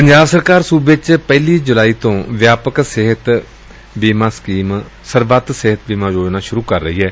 ਪੰਜਾਬ ਸਰਕਾਰ ਸੁਬੇ ਚ ਪਹਿਲੀ ਜੁਲਾਈ ਤੋ ਵਿਆਪਕ ਸਿਹਤ ਬੀਮਾ ਸਕੀਮ ਸਰਬੱਤ ਸਿਹਤ ਬੀਮਾ ਯੋਜਨਾ ਸੁਰੂ ਕਰ ਰਹੀ ਏ